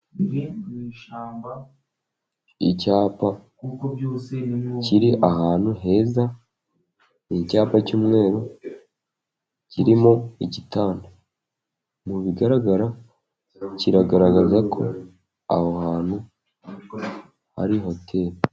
Icyapa kiri ahantu heza, ni icyapa cy'umweru kirimo igitanda, mu bigaragara kiragaragaza ko aho hantu hari hoteri.